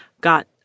got